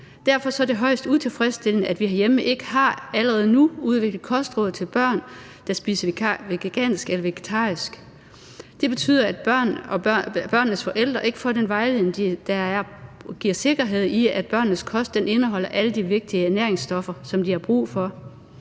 Derfor er det højst utilfredsstillende, at vi herhjemme ikke allerede nu har udviklet kostråd til børn, der spiser vegansk eller vegetarisk. Det betyder, at børn og børnenes forældre ikke får den vejledning, der giver sikkerhed for, at børnenes kost indeholder alle de vigtige ernæringsstoffer, som de har brug for.